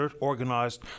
organized